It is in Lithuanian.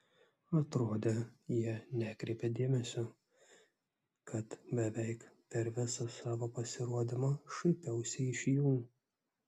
atrodė jie nekreipia dėmesio kad beveik per visą savo pasirodymą šaipiausi iš jų